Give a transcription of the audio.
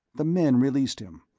the men released him,